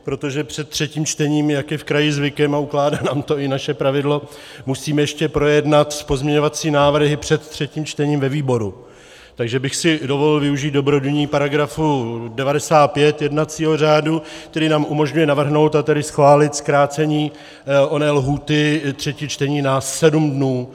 Protože před třetím čtením, jak je v kraji zvykem, a ukládá nám to i naše pravidlo, musíme ještě projednat pozměňovací návrhy před třetím čtením ve výboru, tak bych si dovolil využít dobrodiní § 95 jednacího řádu, který nám umožňuje navrhnout, a tedy schválit zkrácení oné lhůty třetí čtení na sedm dnů.